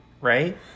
Right